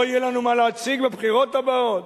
לא יהיה לנו מה להציג בבחירות הבאות?